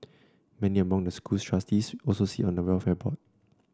many among the school's trustees also sit on the welfare board